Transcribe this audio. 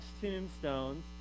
tombstones